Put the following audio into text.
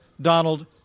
Donald